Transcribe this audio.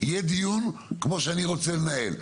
יהיה דיון כמו שאני רוצה לנהל.